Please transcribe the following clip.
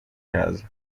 casa